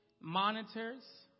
monitors